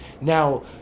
Now